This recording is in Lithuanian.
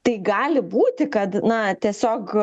tai gali būti kad na tiesiog